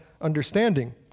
understanding